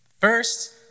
First